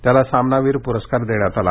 त्याला सामनावीर प्रस्कार देण्यात आला